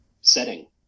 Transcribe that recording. setting